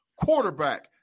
quarterback